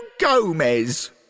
Gomez